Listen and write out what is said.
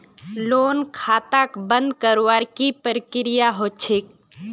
loan खाताक बंद करवार की प्रकिया ह छेक